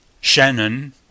Shannon